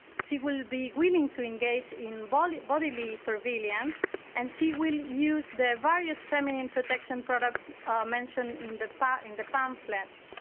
she will be willing to engage in bodily bodily so and and she will use the various feminine protection products mentioned in the but in the pamphlets.